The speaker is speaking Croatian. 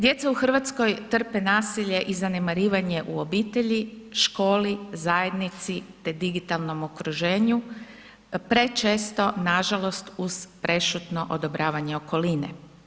Djeca u Hrvatskoj trpe nasilje i zanemarivanje u obitelji, školi, zajednici te digitalnom okruženju prečesto nažalost uz prešutno odobravanje okoline.